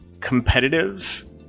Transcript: competitive